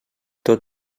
tot